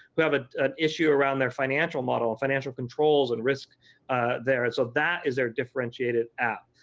who have ah an issue around their financial model, financial controls and risk there, so that is their differentiated app.